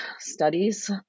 studies